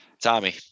Tommy